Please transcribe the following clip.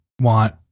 want